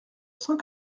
cent